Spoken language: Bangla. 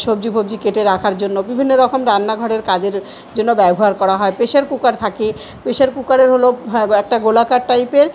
সবজি ফবজি কেটে রাখার জন্য বিভিন্ন রকম রান্নাঘরের কাজের জন্য ব্যবহার করা হয় প্রেশার কুকার থাকে প্রেশার কুকারের হল হ্যাঁ একটা গোলাকার টাইপের